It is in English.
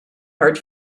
hard